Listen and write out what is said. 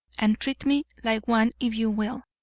and treat me like one if you will,